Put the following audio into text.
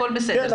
הכול בסדר.